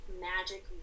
magic